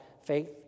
faith